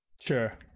sure